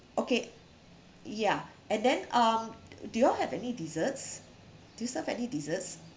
okay ya and then um do you all have any desserts do you serve any desserts